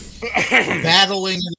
battling